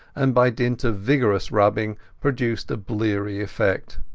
and by dint of vigorous rubbing produced a bleary effect.